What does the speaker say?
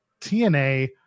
TNA